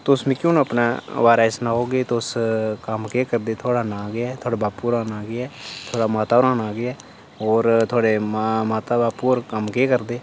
तुस मिकी हून अपने बारे च सुनाओ जे तुस कम्म के करदे थुआढ़ा नांऽ केह् ऐ थूआढ़े बापू हुंदा नांऽ केह् ऐ थुआढ़े माता हुंदा नांऽ के ऐ और थुआढ़े माता बापू होर कम्म केह् करदे